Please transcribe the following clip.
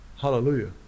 hallelujah